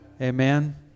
Amen